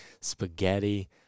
spaghetti